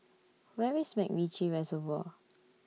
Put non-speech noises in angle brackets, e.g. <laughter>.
<noise> Where IS Macritchie Reservoir